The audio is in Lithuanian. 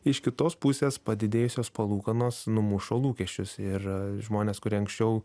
iš kitos pusės padidėjusios palūkanos numuša lūkesčius ir a žmonės kurie anksčiau